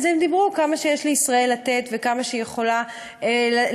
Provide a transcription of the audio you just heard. הם דיברו על כמה שיש לישראל לתת וכמה היא יכולה לתרום